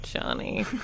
Johnny